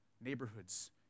neighborhoods